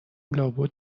لابد